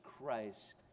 Christ